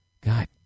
God